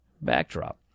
backdrop